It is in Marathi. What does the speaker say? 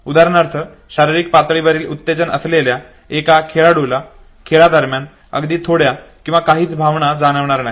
उदाहरणार्थ शारीरिक पातळीवरील उत्तेजन असलेल्या एका खेळाडूला खेळादरम्यान अगदी थोड्या किंवा काहीच भावना जाणवणार नाही